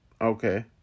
okay